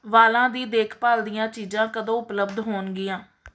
ਵਾਲਾਂ ਦੀ ਦੇਖਭਾਲ ਦੀਆਂ ਚੀਜ਼ਾਂ ਕਦੋਂ ਉਪਲਬਧ ਹੋਣਗੀਆਂ